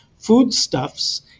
foodstuffs